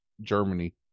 Germany